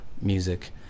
music